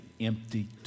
empty